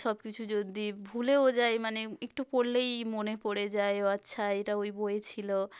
সব কিছু যদি ভুলেও যাই মানে একটু পড়লেই মনে পড়ে যায় ও আচ্ছা এটা ওই বইতে ছিল